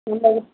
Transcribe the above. இல்லை அது